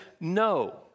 no